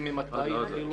עוד לא.